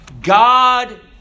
God